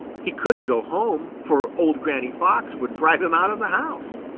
he couldn't go home, for old granny fox would drive him out of the house.